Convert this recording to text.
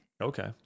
Okay